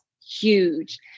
huge